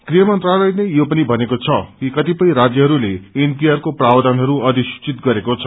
गृह मंत्रालयले भनेको छ कि क्रतिपय राज्यहरूले एनपीआर को प्रावधानहरू अधिसूचित गरेको छ